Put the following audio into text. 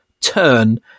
turn